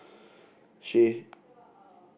Chay